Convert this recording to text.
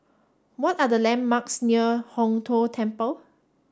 what are the landmarks near Hong Tho Temple